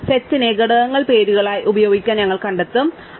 സെറ്റിന്റെ ഘടകങ്ങൾ പേരുകളായി ഉപയോഗിക്കാൻ ഞങ്ങൾ കണ്ടെത്തും ശരിയാണ്